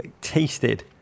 tasted